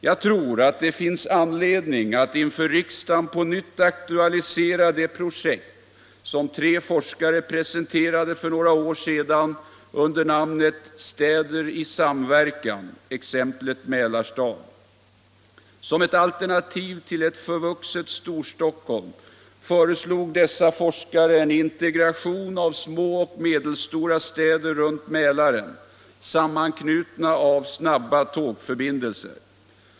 Jag tror att det finns anledning att inför riksdagen på nytt aktualisera det projekt som tre forskare presenterade för några år sedan under namnet Städer i samverkan — exemplet Mälarstad. Som ett alternativ till ett förvuxet Storstockholm föreslog dessa forskare en integration av små och medelstora städer runt Mälaren, sammanknutna av snabba tågförbindelser.